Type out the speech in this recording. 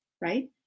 right